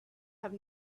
have